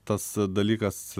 tas dalykas